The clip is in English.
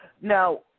Now